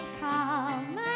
come